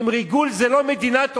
אם ריגול זה לא מדינת אויב,